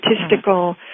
statistical